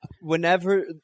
whenever